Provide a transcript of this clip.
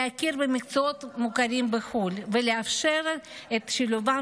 להכיר במקצועות המוכרים בחו"ל ולאפשר את שילובם